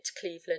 Cleveland